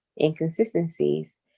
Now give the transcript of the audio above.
inconsistencies